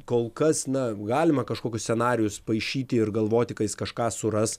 kol kas na galima kažkokius scenarijus paišyti ir galvoti kad jis kažką suras